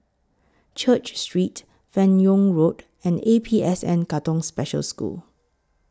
Church Street fan Yoong Road and A P S N Katong Special School